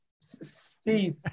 Steve